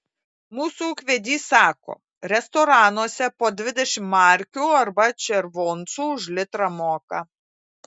mūsų ūkvedys sako restoranuose po dvidešimt markių arba červoncų už litrą moka